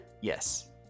Yes